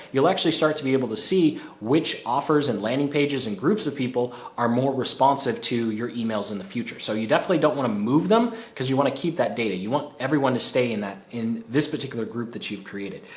you'll actually start to be able to see which offers and landing pages and groups of people are more responsive to your emails in the future. so you definitely don't want to move them, because you want to keep that data. you want everyone to stay in this particular group that you've created.